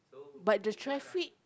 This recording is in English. but the traffic